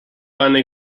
finally